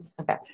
Okay